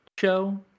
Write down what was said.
show